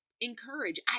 encourage